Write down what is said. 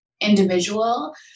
individual